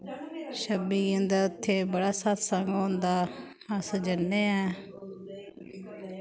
छब्बी गी उं'दा उत्थै बड़ा सत्संग होंदा अस जन्ने ऐं